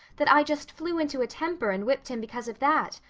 that i just flew into a temper and whipped him because of that.